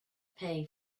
pay